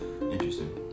Interesting